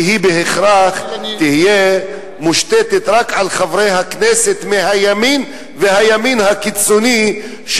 כי היא בהכרח תהיה מושתתת רק על חברי הכנסת מהימין והימין הקיצוני,